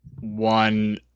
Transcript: one